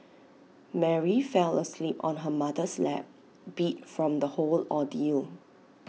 Mary fell asleep on her mother's lap beat from the whole ordeal